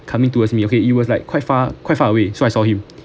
coming towards me okay it was like quite far quite far away so I saw him